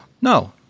No